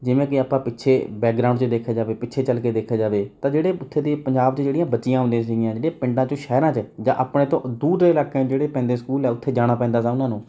ਜਿਵੇਂ ਕਿ ਆਪਾ ਪਿੱਛੇ ਬੈਗ੍ਰਾਉਂਡ 'ਚ ਦੇਖਿਆ ਜਾਵੇ ਪਿੱਛੇ ਚੱਲ ਕੇ ਦੇਖਿਆ ਜਾਵੇ ਤਾਂ ਜਿਹੜੇ ਉੱਥੇ ਦੇ ਪੰਜਾਬ ਦੀ ਜਿਹੜੀਆਂ ਬੱਚੀਆਂ ਹੁੰਦੀਆਂ ਸੀਗੀਆਂ ਜਿਹੜੀਆਂ ਪਿੰਡਾਂ ਤੋਂ ਸ਼ਹਿਰਾਂ 'ਚ ਜਾਂ ਆਪਣੇ ਤੋਂ ਦੂਰ ਦੇ ਇਲਾਕੇ ਜਿਹੜੇ ਪੈਂਦੇ ਸਕੂਲ ਆ ਉੱਥੇ ਜਾਣਾ ਪੈਂਦਾ ਤਾ ਉਹਨਾਂ ਨੂੰ